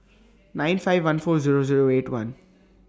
nine five one four Zero Zero eight one